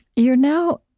you're now,